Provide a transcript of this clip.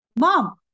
Mom